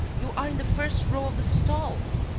you are in the first row of the stalls!